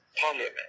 parliament